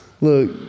Look